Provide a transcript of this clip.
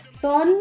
son